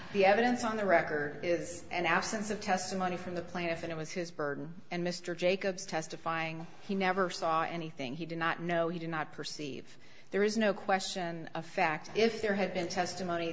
the evidence on the record is an absence of testimony from the plaintiff and it was his burden and mr jacobs testifying he never saw anything he did not know he did not perceive there is no question of fact if there had been testimony